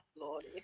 Lordy